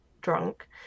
drunk